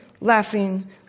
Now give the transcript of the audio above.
laughing